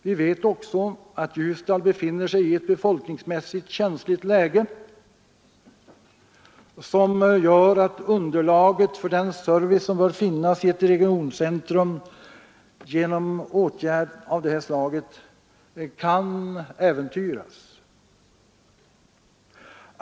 Vi vet också att Ljusdal befinner sig i ett befolkningsmässigt känsligt läge, som gör att underlaget för den service som bör finnas i ett regioncentrum genom en åtgärd av det slag det här gäller kan äventyras.